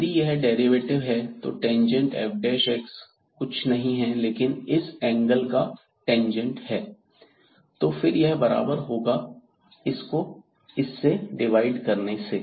यदि यह डेरिवेटिव है तो टेंजेंट f कुछ नहीं है लेकिन इस एंगल का टेंजेंट है तो फिर यह बराबर होगा इसको इस से डिवाइड करने से